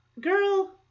girl